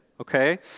okay